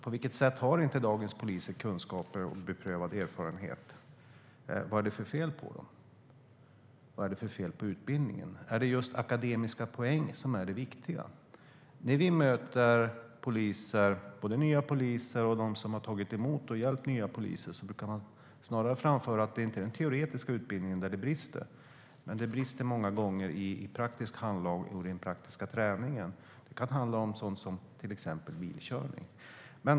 På vilket sätt har inte dagens poliser kunskaper och beprövad erfarenhet? Vad är det för fel på dem? Vad är det för fel på utbildningen? Är det just akademiska poäng som är det viktiga? När vi möter både nya poliser och dem som har tagit emot och hjälpt nya poliser brukar de snarare framföra att det inte är i den teoretiska utbildningen det brister. Det brister många gånger i praktiskt handlag och den rent praktiska träningen. Det kan handla om sådant som till exempel bilkörning.